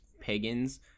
pagans